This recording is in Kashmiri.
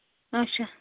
آچھا